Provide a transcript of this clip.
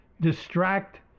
distract